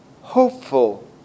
hopeful